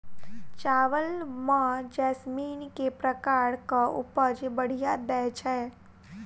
चावल म जैसमिन केँ प्रकार कऽ उपज बढ़िया दैय छै?